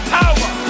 power